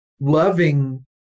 loving